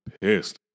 pissed